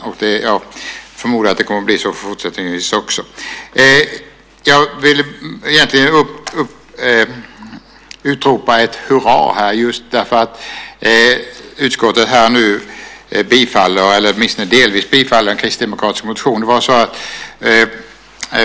Jag förmodar att det kommer att bli så fortsättningsvis också. Jag vill egentligen här utropa ett "hurra" just därför att utskottet nu bifaller, eller åtminstone delvis bifaller, en kristdemokratisk motion.